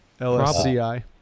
LSCI